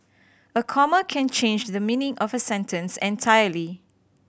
a comma can change the meaning of a sentence entirely